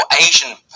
Asian